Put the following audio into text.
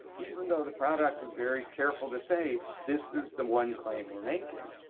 even though the product was very careful to say this is the one claim we're making,